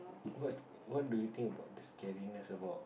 what's what do you think about the scariness about